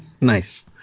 Nice